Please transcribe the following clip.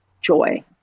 joy